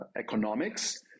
economics